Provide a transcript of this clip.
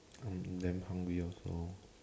I'm damn hungry also